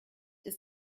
ist